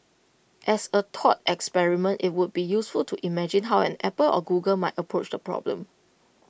as A thought experiment IT would be useful to imagine how an Apple or Google might approach the problem